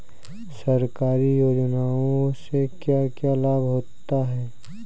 सरकारी योजनाओं से क्या क्या लाभ होता है?